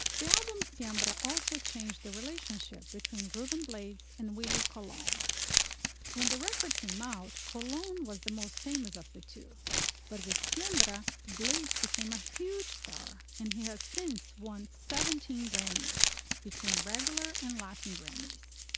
the album's sambora um but also changed the relationship between ruben blades and willie cologne when the record came out. cologne was the most famous of the two but with sambora um but blades became a huge star and he has since won seventeen grammys between regular and latin grammys.